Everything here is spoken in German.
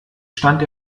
stand